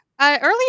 earlier